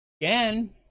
Again